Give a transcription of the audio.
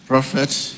Prophets